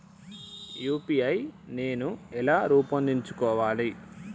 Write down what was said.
UPI నేను ఎలా రూపొందించుకోవాలి?